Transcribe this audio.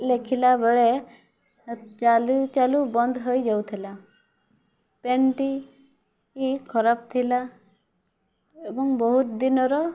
ଲେଖିଲାବେଳେ ଚାଲୁଚାଲୁ ବନ୍ଦ ହୋଇଯାଉଥିଲା ପେନ୍ଟି ଖରାପ ଥିଲା ଏବଂ ବହୁତ ଦିନର